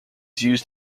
used